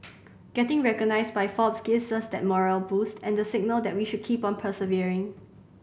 getting recognised by Forbes gives us that morale boost and the signal that we should keep on persevering